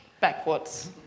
backwards